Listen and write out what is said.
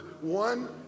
one